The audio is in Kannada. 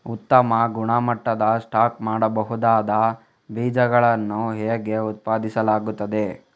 ಉತ್ತಮ ಗುಣಮಟ್ಟದ ಸ್ಟಾಕ್ ಮಾಡಬಹುದಾದ ಬೀಜಗಳನ್ನು ಹೇಗೆ ಉತ್ಪಾದಿಸಲಾಗುತ್ತದೆ